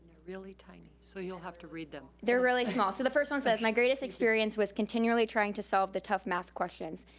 really tiny, so you'll have to read them. they're very small. so the first one says, my greatest experience was continually trying to solve the tough math questions.